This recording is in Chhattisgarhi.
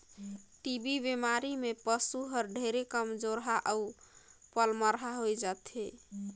टी.बी बेमारी में पसु हर ढेरे कमजोरहा अउ पलमरहा होय जाथे